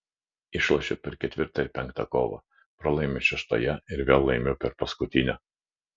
išlošiu per ketvirtą ir penktą kovą pralaimiu šeštoje ir vėl laimiu per paskutinę